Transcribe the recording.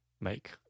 make